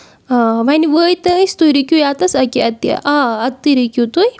آ وَنہِ وٲتۍ أسۍ تُہۍ رُکِو ییٚتٮ۪ن أکے ییٚتی آ ییٚتی رُکِو تُہۍ